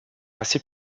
assez